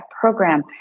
program